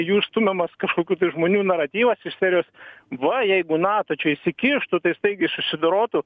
jų stumiamas kažkokių tai žmonių naratyvas iš serijos va jeigu nato čia įsikištų tai staigiai susidorotų